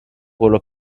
quello